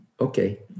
okay